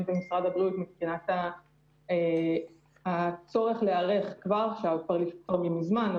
במשרד הבריאות מבחינת הצורך להיערך כבר עכשיו כבר מזמן,